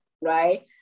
right